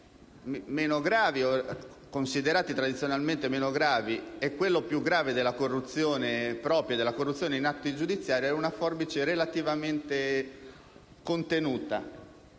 meno gravi (o considerati tradizionalmente meno gravi) e quello più grave della corruzione in atti giudiziari è una forbice relativamente contenuta.